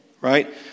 Right